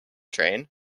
train